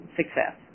success